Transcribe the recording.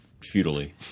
futilely